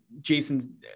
Jason